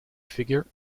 figure